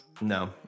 no